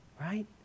right